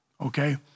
Okay